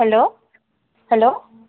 hello hello